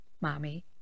mommy